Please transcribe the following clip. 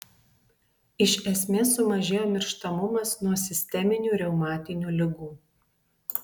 iš esmės sumažėjo mirštamumas nuo sisteminių reumatinių ligų